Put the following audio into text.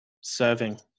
serving